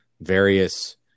various